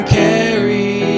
carry